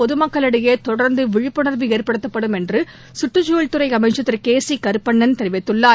பொதுமக்களிடையேதொடர்ந்துவிழிப்புணர்வு ஏற்படுத்தப்படும் என்றுகற்றுச்சூழல் துறைஅமச்சா் திருகேசிகருப்பண்ணன் தெரிவித்துள்ளார்